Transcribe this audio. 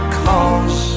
cause